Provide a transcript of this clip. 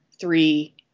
three